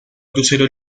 crucero